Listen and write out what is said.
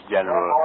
General